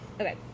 Okay